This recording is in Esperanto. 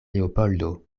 leopoldo